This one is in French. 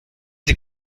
des